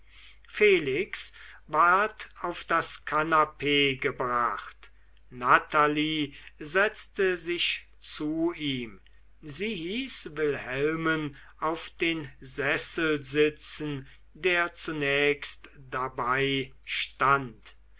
felix ward auf das kanapee gebracht natalie setzte sich zu ihm sie hieß wilhelmen auf den sessel sitzen der zunächst dabei stand